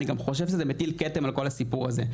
אני גם חושב שזה מטיל כתם על כל הסיפור הזה.